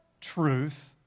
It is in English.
truth